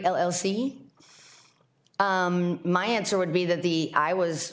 elsie my answer would be that the i was